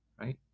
right